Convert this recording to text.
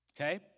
Okay